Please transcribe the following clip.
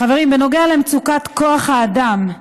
חברים, בנוגע למצוקת כוח האדם,